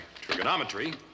trigonometry